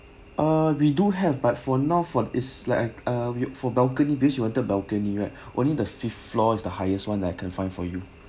uh we do have but for now for is like uh for balcony which you wanted balcony right only the fifth floor is the highest one that I can find for you